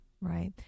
Right